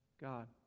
God